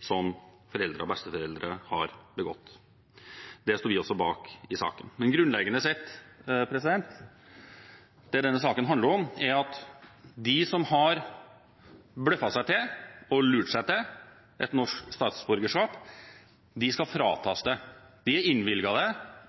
som foreldre og besteforeldre har begått. Det står vi også bak i denne saken. Men grunnleggende sett handler denne saken om at de som har bløffet seg til og lurt seg til et norsk statsborgerskap, skal fratas det. De er innvilget det